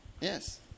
Yes